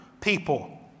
people